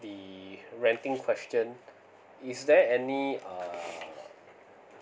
the renting question is there any err